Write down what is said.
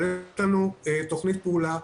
אבל יש לנו תכנית פעולה,